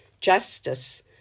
justice